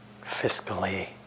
fiscally